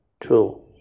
true